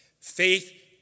Faith